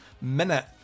minute